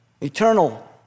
Eternal